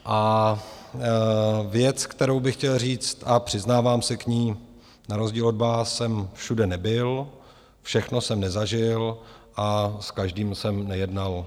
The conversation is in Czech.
A věc, kterou bych chtěl říct, a přiznávám se k ní, na rozdíl od vás jsem všude nebyl, všechno jsem nezažil a s každým jsem nejednal.